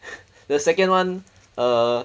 the second one err